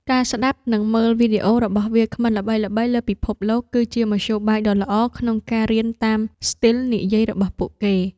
ការស្ដាប់ និងមើលវីដេអូរបស់វាគ្មិនល្បីៗលើពិភពលោក គឺជាមធ្យោបាយដ៏ល្អក្នុងការរៀនតាមស្ទីលនិយាយរបស់ពួកគេ។